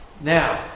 Now